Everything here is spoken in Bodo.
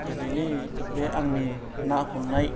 दिनैनि बे आंनि ना हमनाय